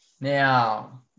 Now